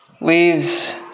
leaves